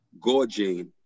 gorging